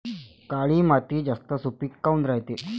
काळी माती जास्त सुपीक काऊन रायते?